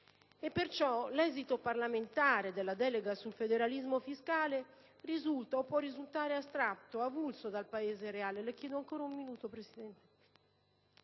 questo, l'esito parlamentare della delega sul federalismo fiscale risulta o può risultare astratto, avulso dal Paese reale.